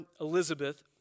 Elizabeth